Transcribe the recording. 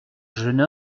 jeune